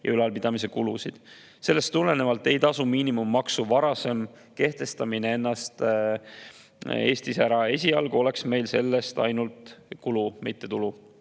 ja ülalpidamise kulusid. Sellest tulenevalt ei tasu miinimummaksu varasem kehtestamine ennast Eestis ära – esialgu oleks meil sellest ainult kulu, mitte tulu.